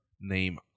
name